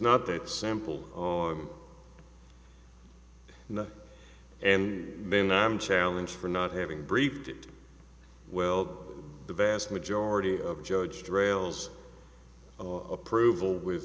not that simple oh i'm not and then i'm challenge for not having briefed it well the vast majority of judge trails approval with